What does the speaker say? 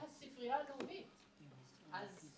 בזה שהספרייה הלאומית מבקשת